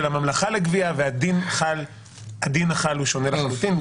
הממלכה לגביה והדין החל הוא שונה לחלוטין,